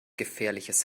gefährliches